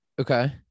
Okay